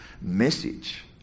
message